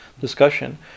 discussion